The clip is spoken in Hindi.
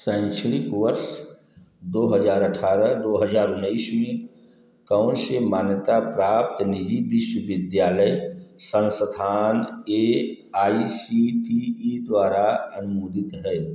शैक्षणिक वर्ष दो हज़ार अठारह दो हज़ार उन्नीस में कौन से मान्यता प्राप्त निजी विश्वविद्यालय संस्थान A I C T E द्वारा अनुमोदित है